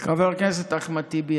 חבר הכנסת אחמד טיבי,